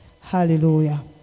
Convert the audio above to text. Hallelujah